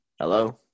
Hello